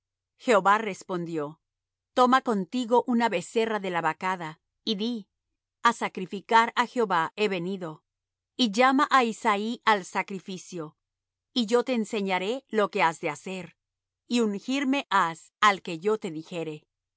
jehová respondió toma contigo una becerra de la vacada y di a sacrificar á jehová he venido y llama á isaí al sacrificio y yo te enseñaré lo que has de hacer y ungirme has al que yo te dijere